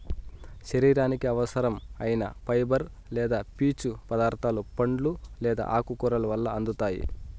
శరీరానికి అవసరం ఐన ఫైబర్ లేదా పీచు పదార్థాలు పండ్లు లేదా ఆకుకూరల వల్ల అందుతాయి